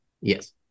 Yes